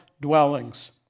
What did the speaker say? dwellings